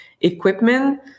equipment